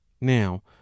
Now